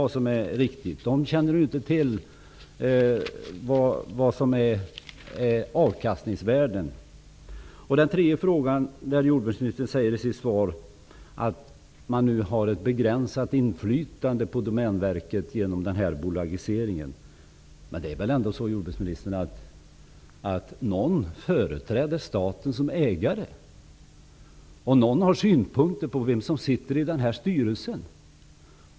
Där känner man inte till vad avkastningsvärdet är. Jag vill också ställa en tredje fråga. Jordbruksministern säger i sitt svar att man nu har ett begränsat inflytande på Domänverket efter bolagiseringen. Men, jordbruksministern, det är väl ändå någon som företräder staten som ägare, och någon har synpunkter på vem som är med i den här styrelsen?